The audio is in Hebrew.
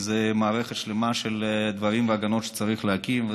כי זו מערכת שלמה של דברים והגנות שצריך להקים.